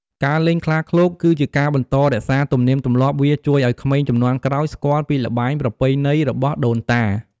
ការលេងខ្លាឃ្លោកគឺជាការបន្តរក្សាទំនៀមទម្លាប់វាជួយឱ្យក្មេងជំនាន់ក្រោយស្គាល់ពីល្បែងប្រពៃណីរបស់ដូនតា។